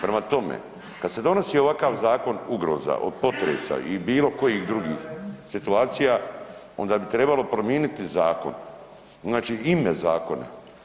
Prema tome, kad se donosi ovakav zakon ugroza od potresa i bilo kojih drugih situacija, onda bi trebalo prominiti zakon, znači ime zakona.